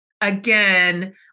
again